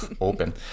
open